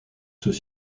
ceux